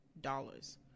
dollars